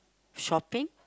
shopping